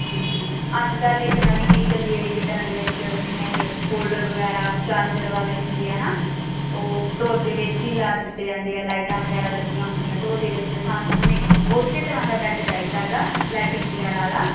ਹਾਂਜੀ ਅੱਜ ਕੱਲ੍ਹ ਇੱਕ ਨਵੀਂ ਚੀਜ਼ ਚੱਲੀ ਐ ਬੈੱਡਾਂ ਦੇ ਵਿੱਚ ਜਿਵੇਂ ਹੋਲਡਰ ਵਗੈਰਾ ਚਾਰਜਰ ਵਾਲ਼ੇ ਹੁੰਦੇ ਐ ਨਾ ਉਹ ਢੋਅ ਦੇ ਵਿੱਚ ਈ ਲੈ ਦਿੱਤੇ ਜਾਂਦੇ ਐ ਲਾਈਟਾਂ ਵਗੈਰਾ ਲੱਗੀਆਂ ਹੁੰਦੀਆਂ ਢੋਅ ਦੇ ਵਿੱਚ ਸਾਨੂੰ ਹਮੇ ਓਸੇ ਤਰ੍ਹਾਂ ਦਾ ਬੈੱਡ ਚਾਈਦਾ ਗਾ ਲਾਈਟਿੰਗ ਵਗੈਰਾ ਆਲ਼ਾ